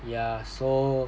yeah so